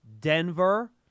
Denver